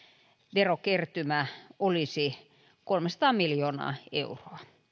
verokertymä olisi kolmesataa miljoonaa euroa